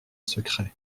secret